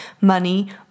money